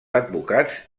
advocats